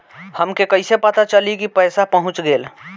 हमके कईसे पता चली कि पैसा पहुच गेल?